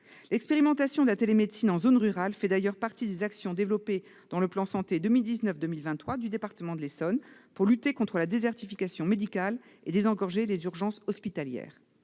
L'expérimentation de la télémédecine en zone rurale fait d'ailleurs partie des actions développées dans le plan Santé 2019-2023 du département de l'Essonne pour lutter contre la désertification médicale et désengorger les urgences hospitalières.